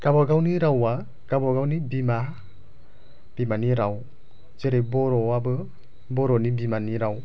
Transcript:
गावबा गावनि रावा गावबा गावनि बिमा बिमानि राव जेरै बर' आबो बर'नि बिमानि राव